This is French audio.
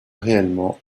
réellement